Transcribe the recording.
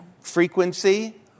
frequency